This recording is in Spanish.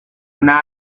una